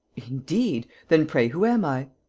indeed! then, pray, who am i?